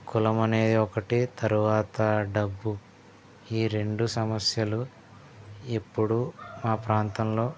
కులం అనే ఒకటి తర్వత డబ్బు ఈ రెండు సమస్యలు ఎప్పుడు మా ప్రాంతంలో